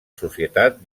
societat